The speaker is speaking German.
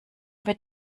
wird